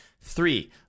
Three